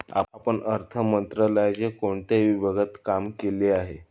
आपण अर्थ मंत्रालयाच्या कोणत्या विभागात काम केले आहे?